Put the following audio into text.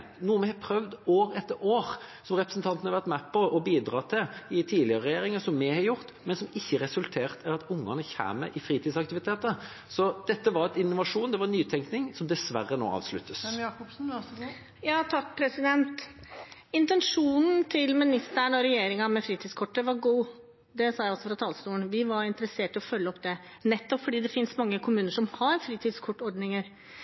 har vi prøvd år etter år, og denne representanten har vært med på å bidra til det i tidligere regjeringer. Det har vi gjort, men det har ikke resultert i at ungene kommer i fritidsaktiviteter. Så gaveforsterkningsordningen var en innovasjon – en nytenkning – som dessverre nå avsluttes. Intensjonen den tidligere statsråden og forrige regjering hadde med fritidskortet, var god. Det sa jeg også fra talerstolen. Vi var interessert i å følge opp det nettopp fordi det finnes mange